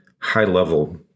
High-level